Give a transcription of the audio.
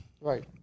Right